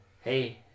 Hey